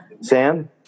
Sam